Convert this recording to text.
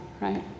right